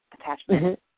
attachment